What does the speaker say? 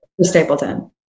Stapleton